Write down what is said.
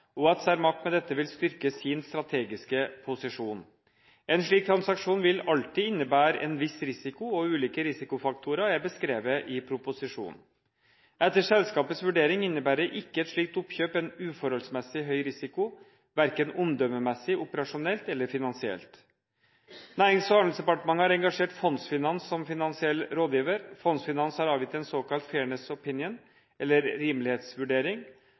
og at Cermaq med dette vil styrke sin strategiske posisjon. En slik transaksjon vil alltid innebære en viss risiko, og ulike risikofaktorer er beskrevet i proposisjonen. Etter selskapets vurdering innebærer ikke et slikt oppkjøp en uforholdsmessig høy risiko, verken omdømmemessig, operasjonelt eller finansielt. Nærings- og handelsdepartementet har engasjert Fondsfinans som finansiell rådgiver. Fondsfinans har avgitt en såkalt «fairness opinion», eller rimelighetsvurdering,